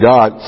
God